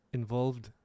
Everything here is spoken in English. involved